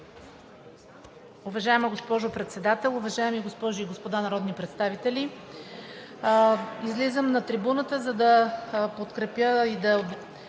Уважаема госпожо Председател, уважаеми госпожи и господа народни представители! Излизам на трибуната, за да подкрепя и